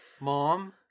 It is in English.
Mom